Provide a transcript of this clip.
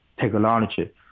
technology